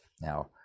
Now